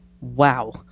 wow